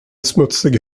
smutsig